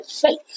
faith